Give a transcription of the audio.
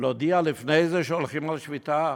להודיע לפני שהולכים על שביתה?